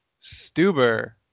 Stuber